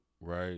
right